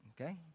okay